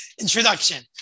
introduction